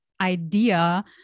idea